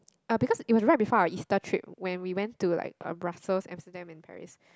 uh it was right before our Easter trip when we went to like uh Brussels Amsterdam and Paris